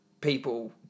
people